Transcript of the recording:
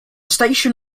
station